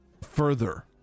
further